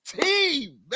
team